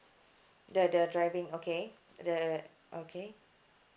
the the driving okay the okay